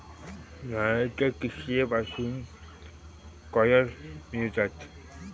नारळाच्या किशीयेपासून कॉयर मिळता